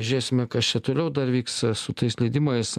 žiūrėsime kas čia toliau dar vyks su tais leidimais